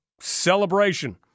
celebration